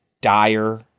dire